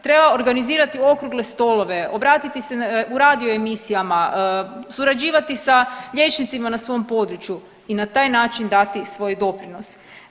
Treba organizirati okrugle stolove, obratiti se u radio emisijama, surađivati na liječnicima na svom području i na taj način dati svoj doprinos.